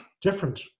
different